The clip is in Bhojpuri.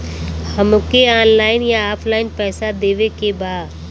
हमके ऑनलाइन या ऑफलाइन पैसा देवे के बा?